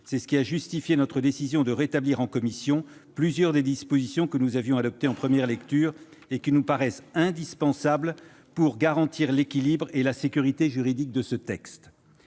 C'est ce qui a justifié notre décision de rétablir en commission plusieurs des dispositions adoptées par nos soins en première lecture. Ces dispositions nous paraissent indispensables pour garantir l'équilibre et la sécurité juridique du projet